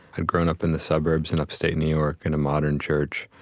i'd grown up in the suburbs in upstate new york in a modern church.